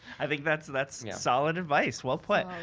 i think that's, that's solid advice, well put.